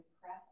prep